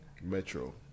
Metro